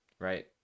right